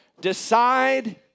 decide